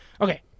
Okay